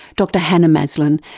dr hannah maslen,